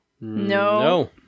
No